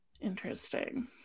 Interesting